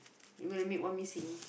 you gonna make one missing